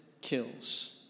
kills